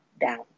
down